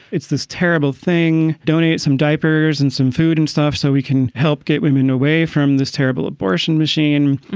it's this terrible thing. donate some diapers and some food and stuff so we can help get women away from this terrible abortion machine.